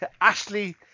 Ashley